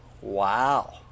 Wow